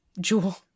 Jewel